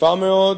תקיפה מאוד,